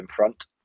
Infront